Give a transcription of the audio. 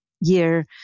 year